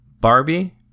Barbie